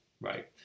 right